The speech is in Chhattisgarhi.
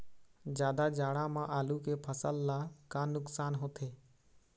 जादा जाड़ा म आलू के फसल ला का नुकसान होथे?